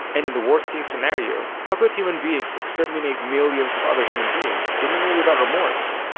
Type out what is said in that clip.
and in the worst case scenario, how could human beings exterminate millions of other human beings, seemingly without remorse?